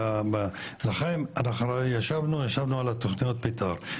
אנחנו ישבנו על התוכניות מתאר,